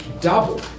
double